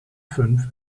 fünf